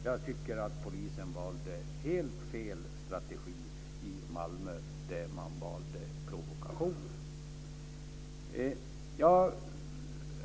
Jag tycker att polisen valde helt fel strategi i Malmö där de valde provokation.